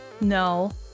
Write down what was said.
No